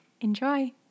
Enjoy